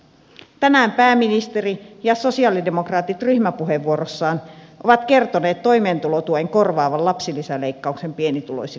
tänään pääministeri ja sosialidemokraatit ryhmäpuheenvuorossaan ovat kertoneet toimeentulotuen korvaavan lapsilisäleikkauksen pienituloisille perheille